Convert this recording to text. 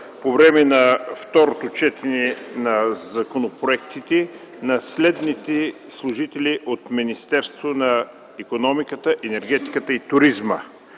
по време на второто четене на законопроекта на следните служители от Министерството на икономиката, енергетиката и туризма: